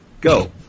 Go